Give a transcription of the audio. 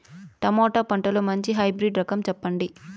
Tomato పంటలో మంచి hybrid రకం చెప్పండి?